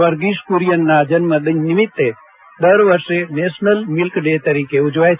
વર્ગીશ કુરિયનના જન્મદિન નિમિત્તે દર વર્ષે નેશનલ મિલ્ક ડે તરીકે ઊજવાય છે